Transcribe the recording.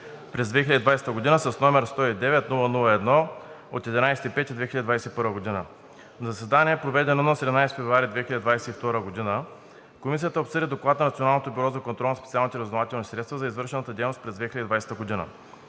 през 2020 г., № 109-00-1 от 11 май 2021 г. На заседание, проведено на 17 февруари 2022 г., Комисията обсъди Доклада на Националното бюро за контрол на специалните разузнавателни средства за извършената дейност през 2020 г.